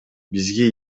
бизге